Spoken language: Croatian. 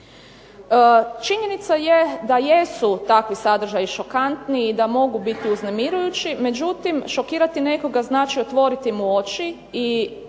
Činjenica je da jesu takvi sadržaji šokantni i da mogu biti uznemirujući. Međutim, šokirati nekoga znači otvoriti mu oči i